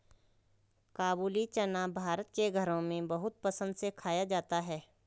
काबूली चना भारत के घरों में बहुत पसंद से खाया जाता है